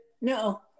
No